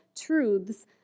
truths